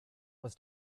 was